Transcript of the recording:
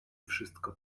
wszystko